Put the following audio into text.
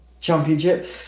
Championship